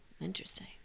Interesting